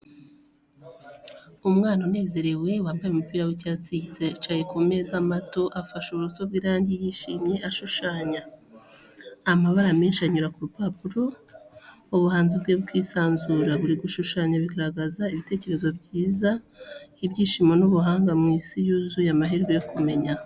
Umwana unezerewe, wambaye umupira w’icyatsi yicaye ku meza mato, afashe uburoso bw'irangi yishimye kandi ashushanya. Amabara menshi anyura ku rupapuro, ubuhanzi bwe bukisanzura. Buri gushushanya bigaragaza ibitekerezo byiza, ibyishimo n’ubuhanga mu isi yuzuye amahirwe yo kumenya.